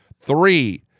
Three